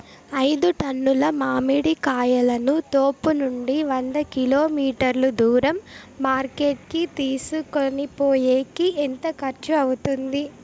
ఐదు టన్నుల మామిడి కాయలను తోపునుండి వంద కిలోమీటర్లు దూరం మార్కెట్ కి తీసుకొనిపోయేకి ఎంత ఖర్చు అవుతుంది?